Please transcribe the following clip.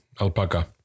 alpaca